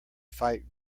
fight